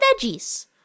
veggies